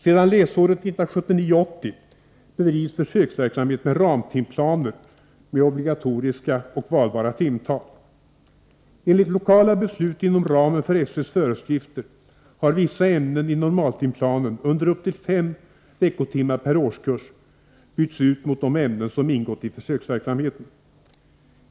Sedan läsåret 1979/80 bedrivs försöksverksamhet med ramtimplaner med obligatoriska och valbara timtal. Enligt lokala beslut inom ramen för SÖ:s föreskrifter har vissa ämnen i normaltimplanerna under upp till fem veckotimmar per årskurs bytts ut mot de ämnen som ingått i försöksverksamheten.